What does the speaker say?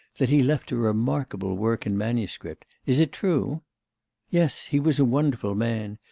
that he left a remarkable work in manuscript is it true yes. he was a wonderful man.